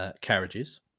carriages